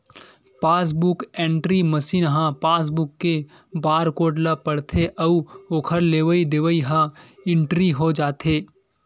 passbook entry machine ह passbook के barcode ल पड़थे अउ ओखर लेवई देवई ह इंटरी हो जाथे